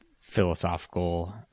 philosophical